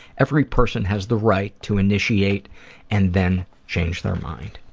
every person has the right to initiate and then change their mind.